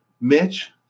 Mitch